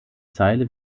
zeile